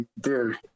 dude